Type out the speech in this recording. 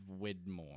Widmore